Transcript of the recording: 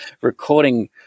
recording